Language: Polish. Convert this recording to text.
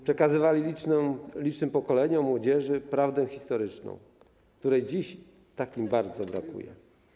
Przekazywali licznym pokoleniom młodzieży prawdę historyczną, której dziś tak bardzo im brakuje.